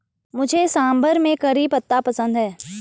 मुझे सांभर में करी पत्ता पसंद है